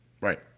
Right